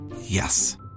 Yes